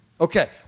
Okay